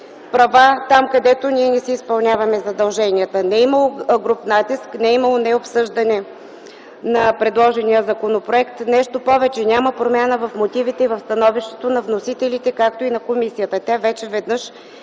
права там, където ние не си изпълняваме задълженията. Не е имало груб натиск, не е имало необсъждане на предложения законопроект. Нещо повече, няма промяна в мотивите, в становището на вносителите, както и на комисията. Тя вече веднъж